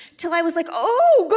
till i was like, oh,